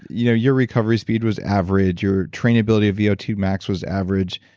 you know your recovery speed was average. your trainability of v o two max was average.